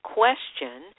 question